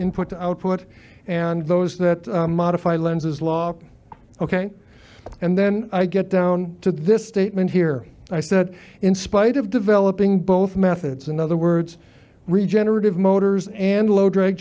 input to output and those that modify lenses law ok and then i get down to this statement here i said in spite of developing both methods in other words regenerative motors and low drag